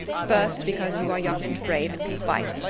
first, because you are young and brave and can fight,